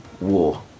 War